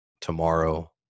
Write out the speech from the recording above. tomorrow